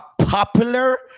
popular